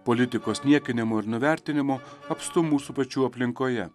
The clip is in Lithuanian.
politikos niekinimų ir nuvertinimų apstu mūsų pačių aplinkoje